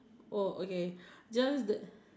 oh okay this one the